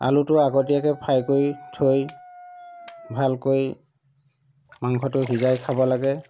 আলুটো আগতীয়াকৈ ফ্ৰাই কৰি থৈ ভালকৈ মাংসটো সিজাই খাব লাগে